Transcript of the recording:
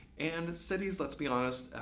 and cities, let's be honest,